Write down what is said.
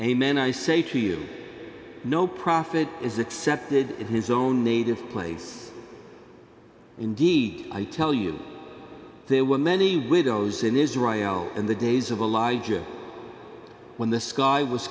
amen i say to you no prophet is accepted in his own native place indeed i tell you there were many widows in israel in the days of alive when the sky was